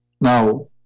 now